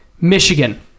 Michigan